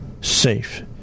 safe